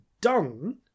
done